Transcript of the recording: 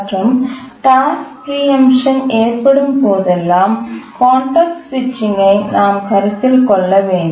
மற்றும் task preemption ஏற்படும் போதெல்லாம் கான்டெக்ஸ்ட் சுவிட்சிங் டைம்ஐ நாம் கருத்தில் கொள்ள வேண்டும்